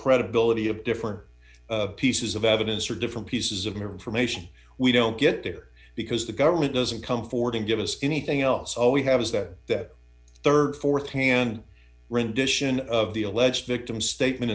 credibility of different pieces of evidence or different pieces of information we don't get there because the government doesn't come forward and give us anything else all we have is that rd th hand rendition of the alleged victim's statement